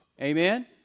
Amen